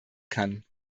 kann